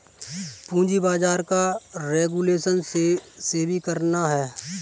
पूंजी बाजार का रेगुलेशन सेबी करता है